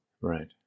Right